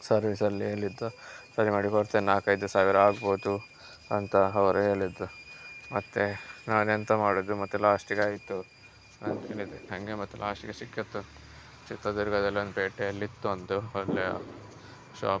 ಸರ್ವಿಸಲ್ಲಿ ಹೇಳಿದ್ದು ಸರಿ ಮಾಡಿ ಕೊಡ್ತೇನೆ ನಾಲ್ಕೈದು ದಿವ್ಸ ಆದರು ಆಗ್ಬೋದು ಅಂತ ಅವರೆ ಹೇಳಿದ್ದು ಮತ್ತೆ ನಾನು ಎಂಥ ಮಾಡೋದು ಮತ್ತೆ ಲಾಸ್ಟಿಗೆ ಆಯಿತು ಅಂತಹೇಳಿದೆ ಹಾಗೆ ಮತ್ತು ಲಾಸ್ಟಿಗೆ ಸಿಕ್ಕಿತ್ತು ಚಿತ್ರದುರ್ಗದಲ್ಲಿ ಒಂದು ಪೇಟೆಯಲ್ಲಿ ಇತ್ತು ಒಂದು ಒಳ್ಳೆಯ ಶಾಪ್